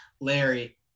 Larry